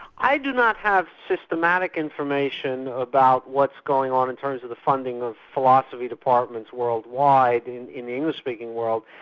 i do not have systematic information about what's going on in terms of the funding of philosophy departments worldwide in in the english-speaking world.